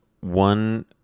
one